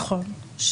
נכון.